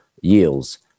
yields